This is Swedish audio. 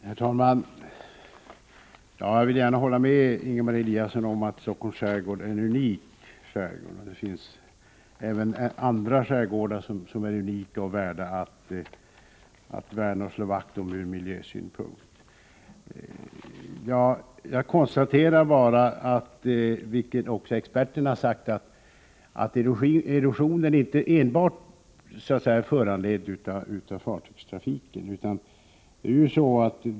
Herr talman! Jag vill gärna hålla med Ingemar Eliasson om att Stockholms skärgård är en unik skärgård. Det finns även andra skärgårdar som är unika och värda att värna och slå vakt om ur miljösynpunkt. Jag konstaterar bara, vilket också experterna har gjort, att erosionen inte enbart är föranledd av fartygstrafiken.